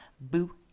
Boo